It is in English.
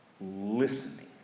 listening